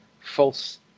false